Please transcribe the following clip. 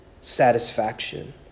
satisfaction